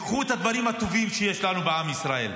קחו את הדברים הטובים שיש לנו בעם ישראל.